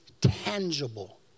tangible